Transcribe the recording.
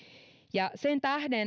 sen tähden